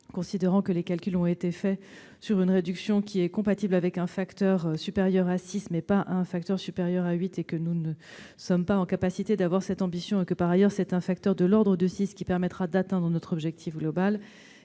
considérant que les calculs ont été faits sur une réduction compatible avec un facteur supérieur à six, mais pas avec un facteur supérieur à huit : nous ne sommes pas en mesure d'avoir cette ambition. Par ailleurs, c'est un facteur de l'ordre de six qui permettra d'atteindre notre objectif global.